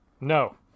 No